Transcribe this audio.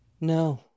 No